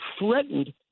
threatened